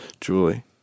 Julie